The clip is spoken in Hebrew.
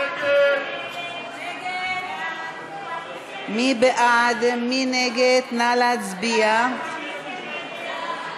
ההצעה להסיר מסדר-היום את הצעת חוק לוויה ממלכתית,